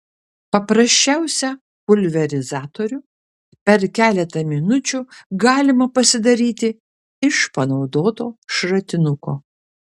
paprasčiausią pulverizatorių per keletą minučių galima pasidaryti iš panaudoto šratinuko